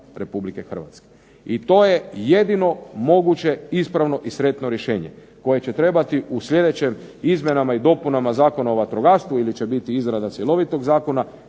Republike Hrvatske, jer to je jedino moguće ispravno i sretno rješenje koje će trebati u sljedećim izmjenama i dopunama Zakona o vatrogastvu ili će biti izrada cjelovitog zakona,